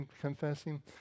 confessing